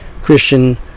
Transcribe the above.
Christian